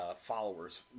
followers